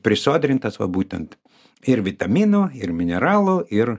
prisodrintas va būtent ir vitaminų ir mineralų ir